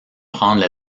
prendre